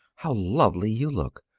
how lovely you look!